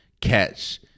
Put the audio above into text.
catch